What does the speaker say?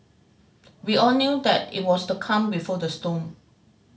we all knew that it was the calm before the storm